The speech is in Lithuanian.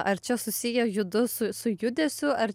ar čia susiję judu su su judesiu ar